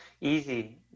easy